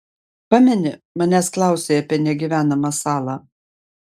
pameni manęs klausei apie negyvenamą salą